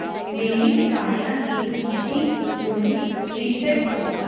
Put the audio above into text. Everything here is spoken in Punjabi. ਮੇਰੀ ਟਿਕਾਣਿਆਂ ਦੀ ਸੂਚੀ ਨੂੰ ਰੀਸੈੱਟ ਕਰੋ